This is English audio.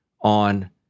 on